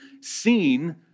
seen